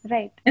Right